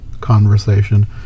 conversation